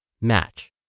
match